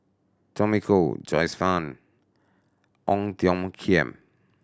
Tommy Koh Joyce Fan Ong Tiong Khiam